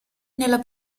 nella